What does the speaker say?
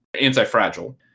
Anti-Fragile